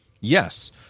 Yes